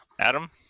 Adam